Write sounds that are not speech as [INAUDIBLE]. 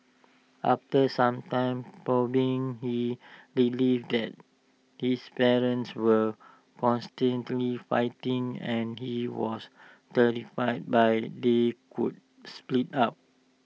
after some [UNINTELLIGIBLE] probing he delete that his parents were constantly fighting and he was terrified by they could split up